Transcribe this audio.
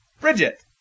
Bridget